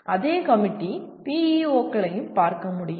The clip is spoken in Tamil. அதே கமிட்டி PEO க்களையும் பார்க்க முடியும்